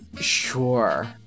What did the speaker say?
Sure